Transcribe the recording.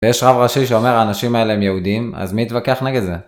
ויש רב ראשי שאומר האנשים האלה הם יהודים, אז מי יתווכח נגד זה?